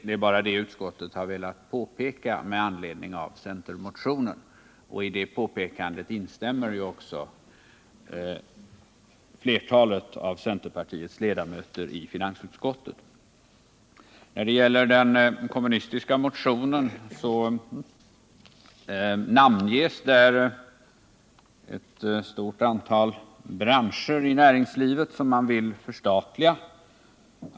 Det har utskottet velat påpeka med anledning av centermotionen, och i det påpekandet instämmer också flertalet av centerpartiets ledamöter i finansutskottet. I den kommunistiska motionen namnges ett stort antal branscher i näringslivet som man vill förstatliga.